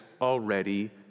already